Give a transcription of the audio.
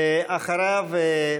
אחריו,